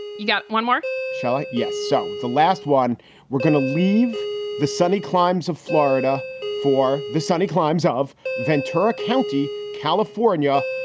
you got one more shot. like yes. so the last one we're going gonna leave the sunny climes of florida for the sunny climes ah of ventura county, california,